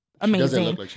amazing